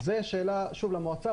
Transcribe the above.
זו שאלה, שוב, למועצה.